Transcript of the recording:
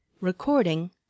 Recording